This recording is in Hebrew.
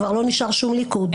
כבר לא נשאר שום ליכוד.